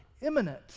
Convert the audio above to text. imminent